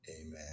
Amen